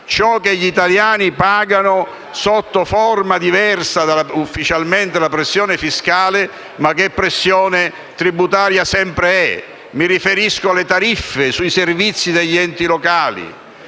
ciò che gli italiani pagano sotto forma ufficialmente diversa dalla pressione fiscale, ma che pressione tributaria sempre è. Mi riferisco alle tariffe sui servizi degli enti locali: